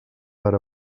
per